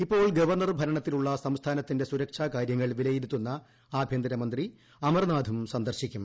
ഇപ്പോൾ ഗവർണ്ണർ ഭരണത്തിലുള്ള സംസ്ഥാനത്തിന്റെ സൂരക്ഷാകാരൃങ്ങൾ വിലയിരുത്തുന്ന ആഭ്യന്തരമന്ത്രി അമർനാഥും സന്ദർശിക്കും